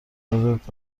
موردت